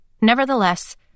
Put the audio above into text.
Nevertheless